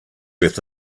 earth